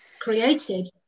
Created